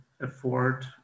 afford